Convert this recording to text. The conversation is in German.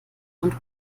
und